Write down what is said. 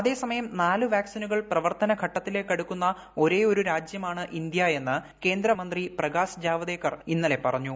അതെ സമയം നാല് വാക്സിനുകൾ പ്രവർത്തന ഘട്ടത്തിലേക്ക് അടുക്കുന്ന ഒരേ ഒരു രാജ്യമാണ് ഇന്ത്യ എന്ന് കേന്ദ്ര വാർത്താവിനിമയ മന്ത്രി പ്രകാശ് ജാവദേക്കർ ഇന്നലെ പറഞ്ഞു